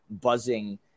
buzzing